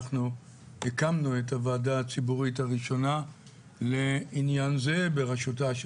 אנחנו הקמנו את הוועדה הציבורית הראשונה לעניין זה בראשותה של